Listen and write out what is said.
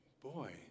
Boy